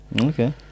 okay